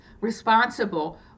responsible